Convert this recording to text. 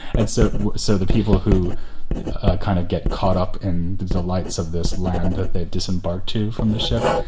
and so so the people who kind of get caught up in the lights of this land that they've disembarked to from the ship,